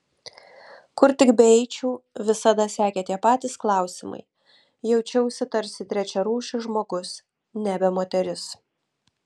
kur tik beeičiau visada sekė tie patys klausimai jaučiausi tarsi trečiarūšis žmogus nebe moteris